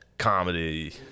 Comedy